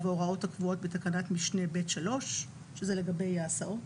ההוראות הקבועות בתקנת משנה (ב)(3);" זה לגבי ההסעות.